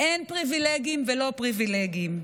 אין פריבילגים ולא פריבילגים,